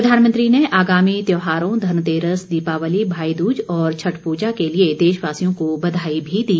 प्रधानमंत्री ने आगामी त्योहारों धनतेरस दीपावली भाईद्रज और छठपूजा के लिए देशवासियों को बधाई भी दी